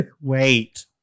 Wait